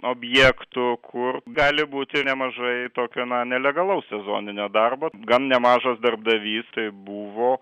objektų kur gali būti nemažai tokio na nelegalaus sezoninio darbo gan nemažas darbdavys tai buvo